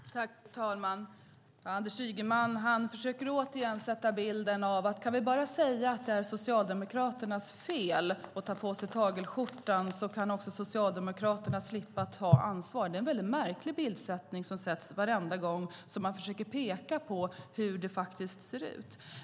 Fru talman! Anders Ygeman försöker återigen ge bilden av att kan vi bara säga att det är Socialdemokraternas fel så att de kan ta på sig tagelskjortan kan de också slippa ta ansvar. Det är en märklig bild som utmålas varenda gång man försöker peka på hur det faktiskt ser ut.